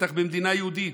בטח במדינה יהודית.